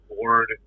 board